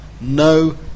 no